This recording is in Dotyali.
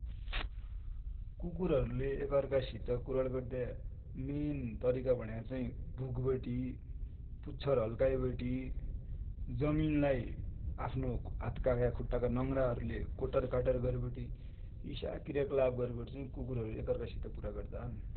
कुकुर हरु ले एक अर्का सित कुरा गरदे मेन तरिका भण्र्या चाइ भुक बटी पुच्छर हल्लाइबटी, जमिन लाइ आफ्ना हात का वा खुट्टा का नङ्रा ले कोटरिकाप्रि इसा क्रियकलाप गरबटी कुकुर एक अर्का सित कुरकानि गर्दानु ।